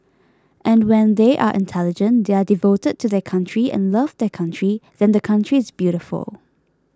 and when they are intelligent they are devoted to their country and love their country then the country is beautiful